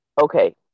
okay